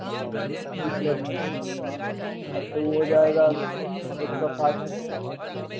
full plate manchurian लेना आपको वह हो जाएगा एक सौ साठ में